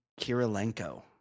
Kirilenko